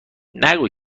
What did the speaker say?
نگو